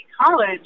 college